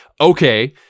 okay